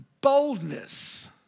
boldness